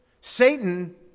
Satan